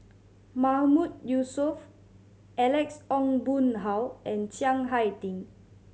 Mahmood Yusof Alex Ong Boon Hau and Chiang Hai Ding